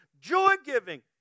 joy-giving